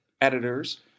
editors